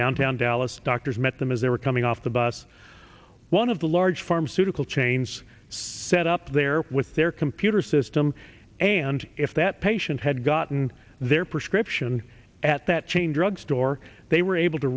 downtown dallas doctors met them as they were coming off the bus one of the large pharmaceutical chains set up there with their computer system and if that patient had gotten their prescription at that chain drug store they were able to